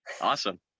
Awesome